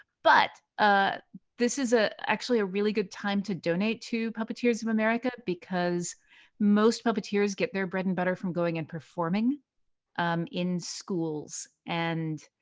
but ah this is ah actually a really good time to donate to puppeteers of america because most puppeteers get their bread and butter from going and performing um in schools and